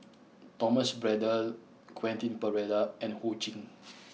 Thomas Braddell Quentin Pereira and Ho Ching